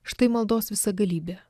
štai maldos visagalybė